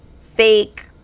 fake